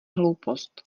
hloupost